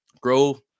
Grove